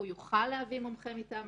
הוא יוכל להביא מומחה מטעמו,